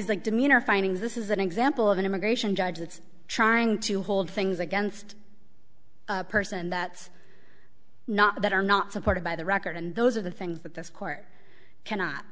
that demeanor finding this is an example of an immigration judge that's trying to hold things against a person that's not that are not supported by the record and those are the things that this court cannot